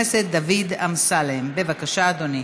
אנחנו עוברים להצעת חוק הרשות למאבק באלימות,